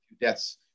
deaths